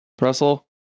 Russell